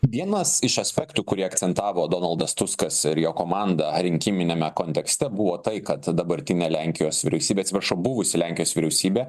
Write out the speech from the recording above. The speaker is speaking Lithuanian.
vienas iš aspektų kurį akcentavo donaldas tuskas ir jo komanda ar rinkiminiame kontekste buvo tai kad dabartinė lenkijos vyriausybė atsiprašau buvusi lenkijos vyriausybė